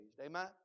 Amen